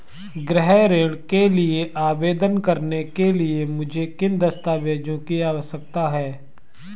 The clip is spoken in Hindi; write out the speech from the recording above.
गृह ऋण के लिए आवेदन करने के लिए मुझे किन दस्तावेज़ों की आवश्यकता है?